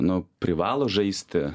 nu privalo žaisti